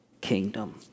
kingdom